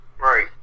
Right